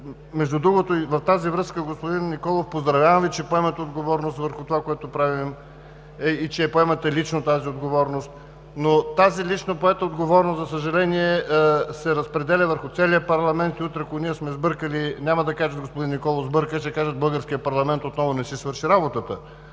Между другото, и в тази връзка, господин Николов, поздравявам Ви, че поемате отговорност за това, което правим, и че я поемате лично тази отговорност, но тази лично поета отговорност, за съжаление, се разпределя върху целия парламент. И утре, ако ние сме сбъркали, няма да кажат господин Николов сбърка, а ще кажат: българският парламент отново не си свърши работата.